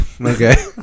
Okay